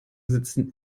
sitzen